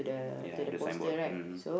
yeah the signboard mmhmm